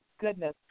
goodness